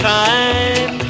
time